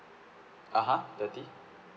(uh huh) thirty